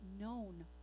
known